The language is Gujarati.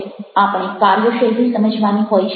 આપણે કાર્યશૈલી સમજવાની હોય છે